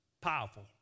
Powerful